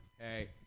Hey